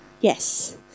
Yes